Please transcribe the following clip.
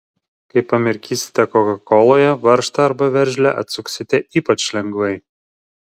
kai pamirkysite kokakoloje varžtą arba veržlę atsuksite ypač lengvai